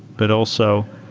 but also